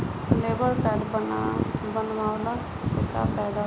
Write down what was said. Labour card बनवाला से का फायदा बा?